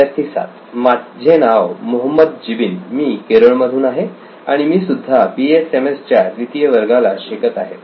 विद्यार्थी 7 माझे नाव मोहम्मद जिबिन मी केरळ मधून आहे आणि मी सुद्धा BSMS च्या द्वितीय वर्षाला शिकत आहे